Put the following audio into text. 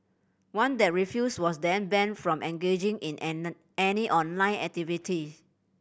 one that refused was then banned from engaging in any online activity